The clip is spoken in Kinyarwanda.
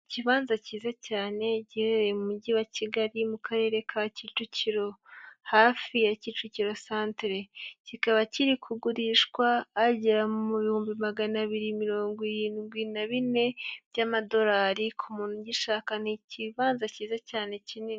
Ikibanza kiza cyane giherereye mu Mujyi wa Kigali mu Karere ka Kicukiro hafi ya Kicukiro santere, kikaba kiri kugurishwa agera mu bihumbi magana abiri mirongo irindwi na bine by'amadolari, k'umuntu ugishaka ni ikibanza cyiza cyane kinini.